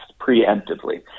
preemptively